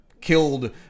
killed